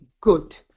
good